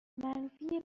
منفی